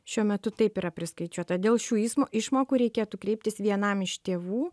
šiuo metu taip yra priskaičiuota dėl šių įsmo išmokų reikėtų kreiptis vienam iš tėvų